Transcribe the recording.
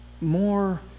more